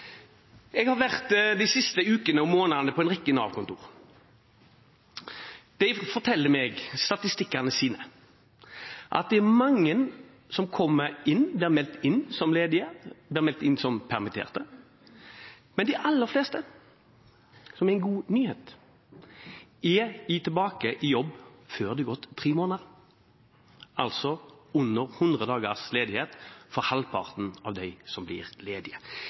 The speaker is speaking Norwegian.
Jeg har de siste ukene og månedene vært på en rekke Nav-kontor. Der forteller de meg om statistikkene, at det er mange som er meldt ledige, og de er meldt inn som permitterte, men de aller fleste – som en god nyhet – er tilbake i jobb før det har gått tre måneder, altså under 100 dager ledighet for halvparten av dem som blir ledige.